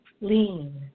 Lean